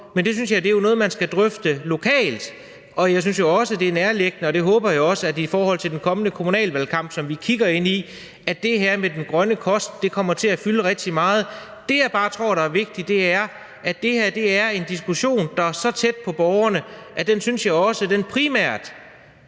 men jeg synes, at det er noget, man skal drøfte lokalt. Og jeg synes jo også, det er nærliggende, forhåbentlig også i forhold til den kommende kommunalvalgkamp, at det her med den grønne kost kommer til at fylde rigtig meget. Det, jeg bare tror er vigtigt at sige, er, at det her er en diskussion, der er så tæt på borgerne, at den primært